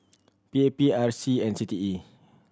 P A P R C and C T E